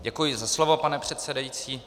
Děkuji za slovo, pane předsedající.